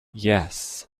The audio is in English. yes